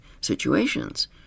situations